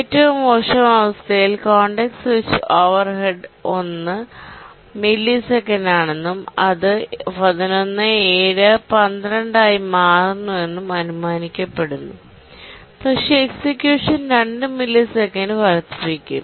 ഏറ്റവും മോശം അവസ്ഥയിൽ കോൺടെക്സ്റ്റ് സ്വിച്ച് ഓവർഹെഡ് 1 മില്ലിസെക്കൻഡാണെന്നും അത് 11 7 12 ആയി മാറുന്നുവെന്നും അനുമാനിക്കപ്പെടുന്നു പക്ഷേ എക്സിക്യൂഷൻ 2 മില്ലിസെക്കൻഡ് വർദ്ധിപ്പിക്കും